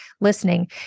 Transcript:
listening